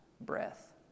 breath